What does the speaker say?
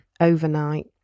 overnight